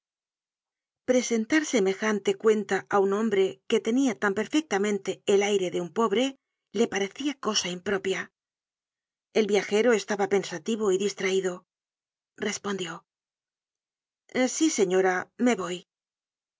presentar semejante cuenta á un hombre que tenia tan perfectamente el aire de un pobre le parecia cosa impropia el viajero estaba pensativo y distraido respondió sí señora me voy